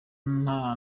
nta